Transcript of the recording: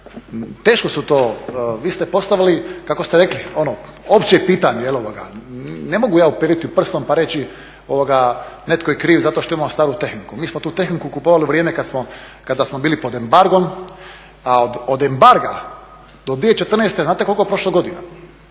teško su to, vi ste postavili kako ste rekli opće pitanje, ne mogu ja uperiti prstom pa reći netko je kriv zato što imao staru tehniku. Mi smo tu tehniku kupovali u vrijeme kad smo bili pod embargom a od embarga do 2014. znate koliko je prošlo godina?